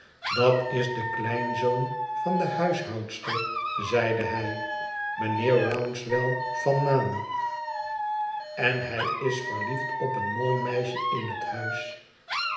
dat is de kleinzoon van de huishoudster zeide hij mijnheer rouncewell van naam en hij is verliefd op een mooi meisje in het huis